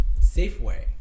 Safeway